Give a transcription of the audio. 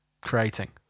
creating